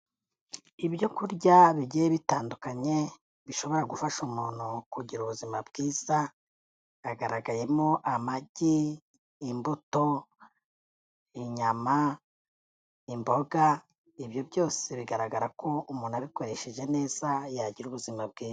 Ibyo kurya bigiye bitandukanye bishobora gufasha umuntu kugira ubuzima bwiza, hagaragayemo amagi, imbuto, inyama, imboga, ibyo byose bigaragara ko umuntu abikoresheje neza yagira ubuzima bwiza.